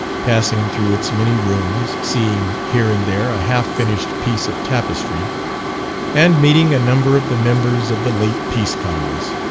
passing through its many rooms, seeing here and there a half-finished piece of tapestry and meeting a number of the members of the late peace congress,